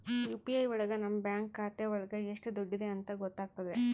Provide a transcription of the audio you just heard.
UPI ಒಳಗ ನಮ್ bank ಖಾತೆ ಒಳಗ ಎಷ್ಟ್ ದುಡ್ಡಿದೆ ಅಂತ ಗೊತ್ತಾಗ್ತದೆ